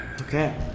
Okay